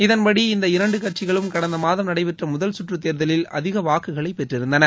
இதன்படி இந்த இரண்டு கட்சிகளும் கடந்தமாதம் நடைபெற்ற முதல்கற்று தேர்தலில் அதிக வாக்குகளை பெற்றிருந்தன